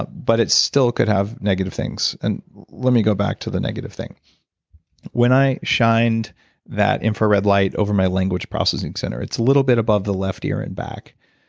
but it still could have negative things. and let me go back to the negative thing when i shined that infrared light over my language processing center, it's a little bit above the left year and back.